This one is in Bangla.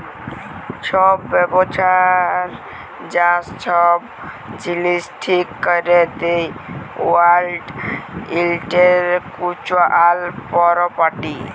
ছব ব্যবসার যা ছব জিলিস ঠিক ক্যরে দেই ওয়ার্ল্ড ইলটেলেকচুয়াল পরপার্টি